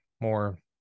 More